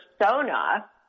persona